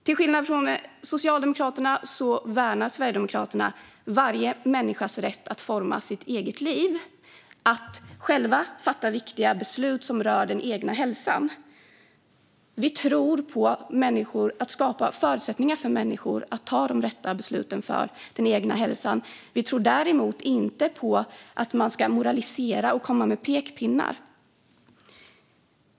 Till skillnad från Socialdemokraterna värnar Sverigedemokraterna varje människas rätt att forma sitt eget liv och att själv fatta viktiga beslut som rör den egna hälsan. Vi tror på att skapa förutsättningar för människor att fatta de rätta besluten för den egna hälsan. Vi tror däremot inte på att man ska moralisera och komma med pekpinnar.